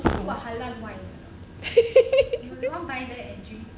hahaha